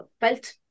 felt